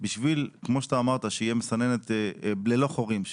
כדי שתהיה מסננת, כמו שאמרת, ללא חורים.